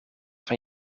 van